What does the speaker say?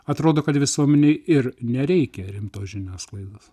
atrodo kad visuomenei ir nereikia rimtos žiniasklaidos